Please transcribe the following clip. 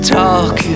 talk